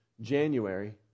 January